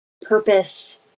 purpose